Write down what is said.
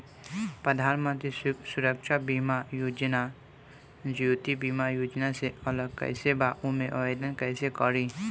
प्रधानमंत्री सुरक्षा बीमा आ जीवन ज्योति बीमा योजना से अलग कईसे बा ओमे आवदेन कईसे करी?